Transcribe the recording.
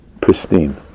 Pristine